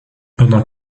pendant